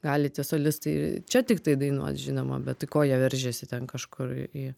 gali tie solistai ir čia tiktai dainuot žinoma bet tai ko jie veržiasi ten kažkur į